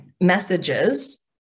messages